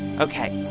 ok.